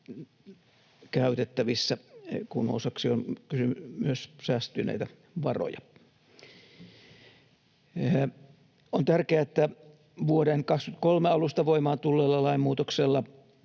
käytettävissä, kun osaksi on myös säästyneitä varoja. On tärkeää, että vuoden 23 alusta voimaan tulleella lainmuutoksella